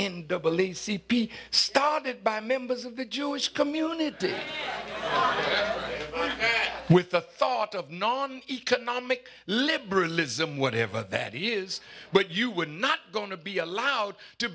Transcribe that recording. in double e c p started by members of the jewish community with the thought of non economic liberalism whatever that is but you would not going to be allowed to